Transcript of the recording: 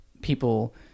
people